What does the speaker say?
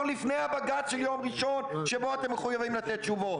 לפני הבג"ץ של יום ראשון שבו אתם מחויבים לתת תשובות.